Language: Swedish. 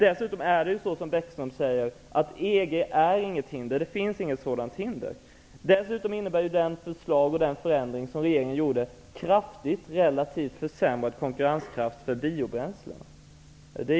Dessutom är EG, som Lars Bäckström sade, inget hinder. Vidare innebär den förändring som regeringen genomförde en kraftigt försämrad konkurrenskraft för biobränslen.